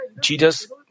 Jesus